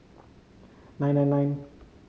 nine nine nine